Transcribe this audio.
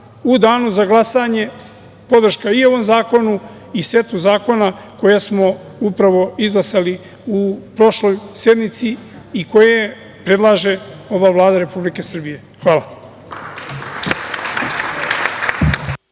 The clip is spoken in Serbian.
danu za glasanje podrška i ovom zakonu i setu zakona koje smo upravo izglasali na prošloj sednici i koje predlaže ova Vlada Republike Srbije. Hvala.